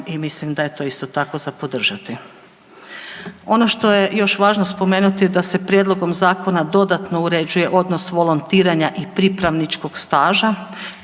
i mislim da je to isto tako za podržati. Ono što je važno spomenuti da se prijedlogom zakona dodatno uređuje odnos volontiranja i pripravničkog staža